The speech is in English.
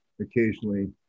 occasionally